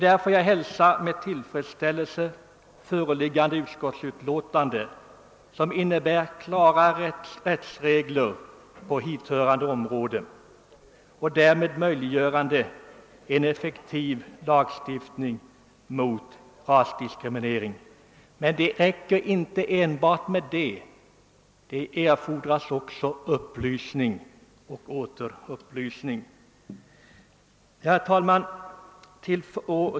Därför hälsar jag med tillfredsställelse det föreliggande «:utskottsutlåtandet som innebär klarare rättsregler på hithörande områden, därmed möjliggörande ett effektivt skydd mot rasdiskriminering. Men det räcker inte med enbart detta, ty det krävs upplysning och åter upplysning. Herr talman!